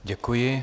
Děkuji.